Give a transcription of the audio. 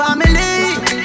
Family